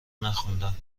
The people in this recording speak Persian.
نخوندم